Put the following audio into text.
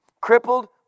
Crippled